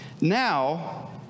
now